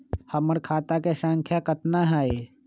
हमर खाता के सांख्या कतना हई?